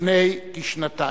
לפני כשנתיים.